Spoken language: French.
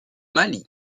mali